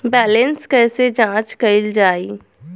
Balance कइसे जांच कइल जाइ?